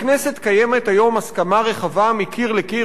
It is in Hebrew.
בכנסת קיימת היום הסכמה רחבה מקיר לקיר,